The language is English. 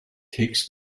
takes